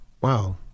Wow